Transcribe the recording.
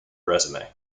resume